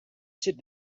sit